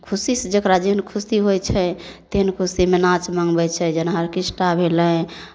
खुशीसँ जकरा जेहन खुशी होइ छै तेहन खुशीमे नाच मङ्गबै छै जेना आर्केस्ट्रा भेलै